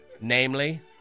Namely